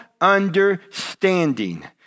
understanding